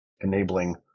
enabling